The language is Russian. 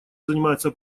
занимается